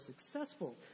successful